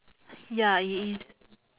ya it is